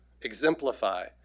exemplify